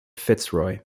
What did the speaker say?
fitzroy